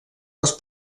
les